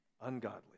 Ungodly